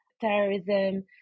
terrorism